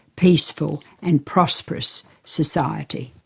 peaceful and prosperous society.